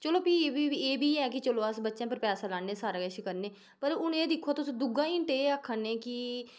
चलो फ्ही एह् बी ऐ कि चलो अस बच्चे उप्पर पैसा लान्ने सारा किश करने पर हून एह् दिक्खो तुस दूआ हिन्ट एह् आक्खा ने कि